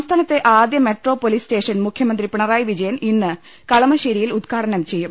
സംസ്ഥാനത്തെ ആദ്യ metro police station മുഖ്യ മന്ത്രി പിണറായി ്വിജയൻ ഇന്ന് കളമശ്ശേരിയിൽ ഉദ്ഘാടനം ചെയ്യും